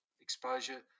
exposure